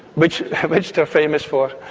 which which they are famous for.